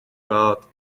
but